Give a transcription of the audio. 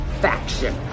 faction